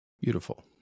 Beautiful